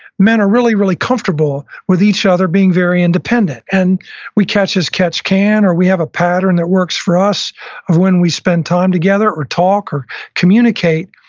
men are really, really comfortable with each other being very independent, and we catch as catch can or we have a pattern that works for us when we spend time together or talk or communicate